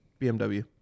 BMW